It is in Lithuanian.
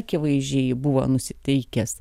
akivaizdžiai buvo nusiteikęs